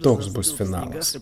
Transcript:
toks bus finalas